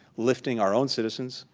lifting our own citizens,